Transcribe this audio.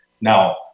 Now